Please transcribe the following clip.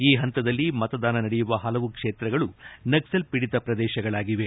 ಈ ಪಂತದಲ್ಲಿ ಮತದಾನ ನಡೆಯುವ ಪಲವು ಕ್ಷೇತ್ರಗಳು ನಕ್ಷಲ್ ಪೀಡಿತ ಪ್ರದೇಶಗಳಾಗಿವೆ